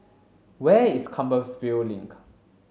where is Compassvale Link